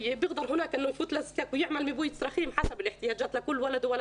הצרכים של כל עיר.